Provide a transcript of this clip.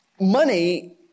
money